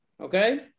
Okay